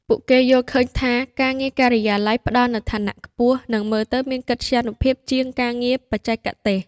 ពួកគេយល់ឃើញថា ការងារការិយាល័យផ្តល់នូវឋានៈខ្ពស់ និងមើលទៅមានកិត្យានុភាពជាងការងារបច្ចេកទេស។